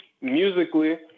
musically